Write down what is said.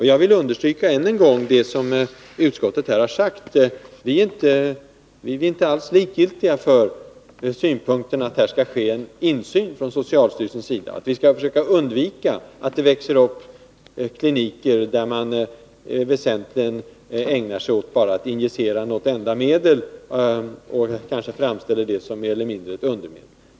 Jag vill än en gång understryka det som utskottet här har sagt: Vi är inte alls likgiltiga för synpunkten att socialstyrelsen skall ha insyn, och vi skall försöka undvika att det växer upp kliniker där man väsentligen ägnar sig åt att injicera något enda medel och framställer det som mer eller mindre ett undermedel.